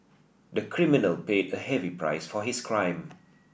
the criminal paid a heavy price for his crime